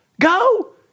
Go